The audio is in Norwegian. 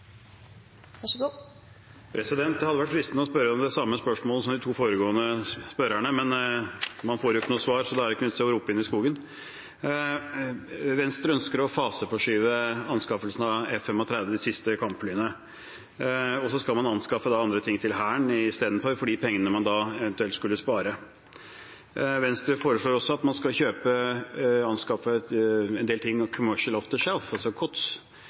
det ikke noen vits i å rope inn i skogen. Venstre ønsker å faseforskyve anskaffelsen av F-35, de siste kampflyene. Og så skal man anskaffe andre ting til Hæren istedenfor de pengene man da eventuelt skulle spare. Venstre foreslår også at man skal anskaffe en del ting «Commercial Off-The-Shelf», altså COTS. Jeg vet ikke hvor godt representanten Skei Grande kjenner til forsvarsmateriell og